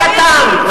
הקטן,